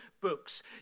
books